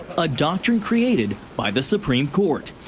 a doctrine created by the supreme court.